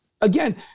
again